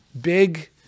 Big